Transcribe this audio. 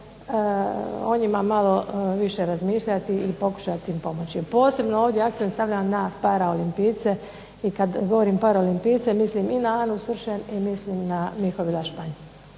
o njima malo više razmišljati i pokušati im pomoći. Posebno ovdje akcent stavljam na paraolimpijce i kad govorim paraolimpijce mislim i na Anu Sršen i mislim na Mihovila Španju.